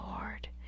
lord